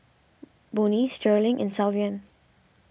Bonnie Sterling and Sylvan